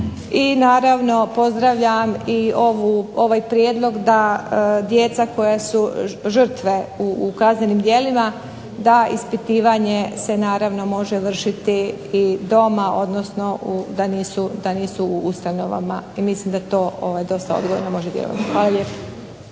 I naravno pozdravljam i ovaj prijedlog da djeca koja su žrtve u kaznenim djelima da ispitivanje se naravno može vršiti i doma, odnosno da nisu u ustanovama. I mislim da to dosta odgojno može djelovati. Hvala lijepo.